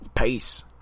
Peace